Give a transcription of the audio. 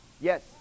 yes